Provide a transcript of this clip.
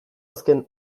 azken